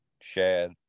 shad